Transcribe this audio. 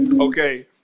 okay